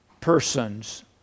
persons